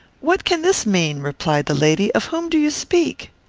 what can this mean? replied the lady. of whom do you speak?